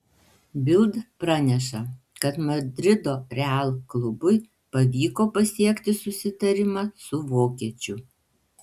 bild praneša kad madrido real klubui pavyko pasiekti susitarimą su vokiečiu